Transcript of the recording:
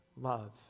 love